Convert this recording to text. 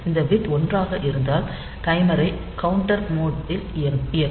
இந்த பிட் 1 ஆக இருந்தால் டைமரை கவுண்டர் மோட் ல் இயக்கும்